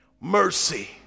Mercy